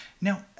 Now